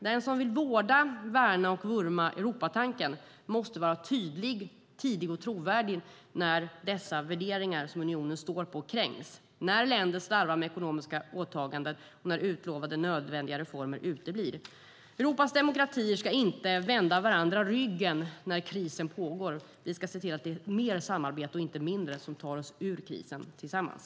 Den som vill vårda, värna och vurma för Europatanken måste vara tydlig, tidig och trovärdig när dessa värderingar som unionen står på kränks, när länder slarvar med ekonomiska åtaganden, när utlovade nödvändiga reformer uteblir. Europas demokratier ska inte vända varandra ryggen när krisen pågår. Vi ska se till att det är mer samarbete, inte mindre, som tar oss ur krisen tillsammans.